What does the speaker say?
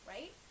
Right